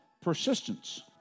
persistence